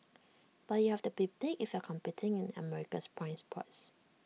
but you have to big be if you're competing in America's prime spots